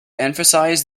emphasize